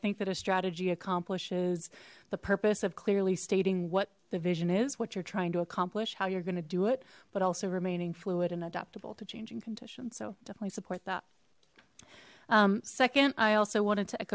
think that a strategy accomplishes the purpose of clearly stating what the vision is what you're trying to accomplish how you're going to do it but also remaining fluid and adaptable to changing conditions so definitely support that second i also wan